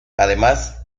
además